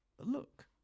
look